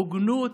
הוגנות,